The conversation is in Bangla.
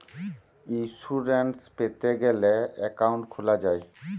ইইন্সুরেন্স পেতে গ্যালে একউন্ট খুলা যায়